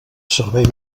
servei